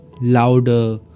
louder